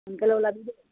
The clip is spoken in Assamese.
সোনকালে ওলাবি দেই